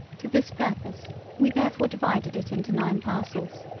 to this purpose we therefore divided it into nine parcels,